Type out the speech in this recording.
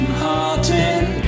hearted